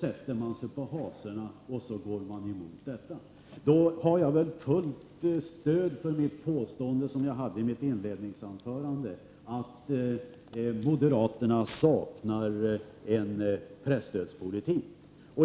sätter man sig på hasorna och går emot detta. Därigenom har jag väl fått fullt stöd för mitt påstående, som jag gjorde i mitt inledningsanförande, om att moderaterna saknar presstödspolitik.